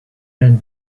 and